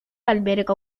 alberga